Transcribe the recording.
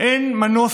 אין מנוס,